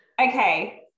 okay